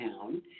town